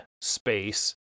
space